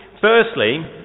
Firstly